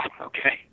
okay